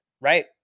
right